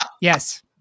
Yes